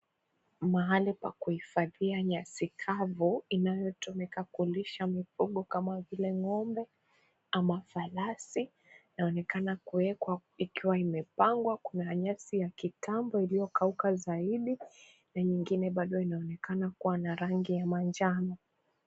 Mahali pa kuhifadhia nyasi kavu inayotumika kulisha mifugo kama vile ng'ombe ama farasi inaonekana kuwekwa ikiwa imepangwa kuna nyasi ya kitambo iliyokauka zaidi na nyingine bado inaonekana kuwa na rangi ya manjano.